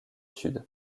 sud